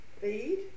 feed